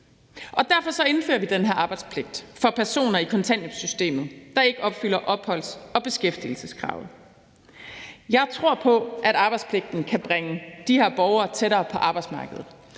Derfor indfører vi den her arbejdspligt for personer i kontanthjælpssystemet, der ikke opfylder opholds- og beskæftigelseskravet. Jeg tror på, at arbejdspligten kan bringe de her borgere tættere på arbejdsmarkedet.